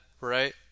right